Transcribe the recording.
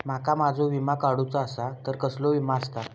माका माझो विमा काडुचो असा तर कसलो विमा आस्ता?